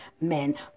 men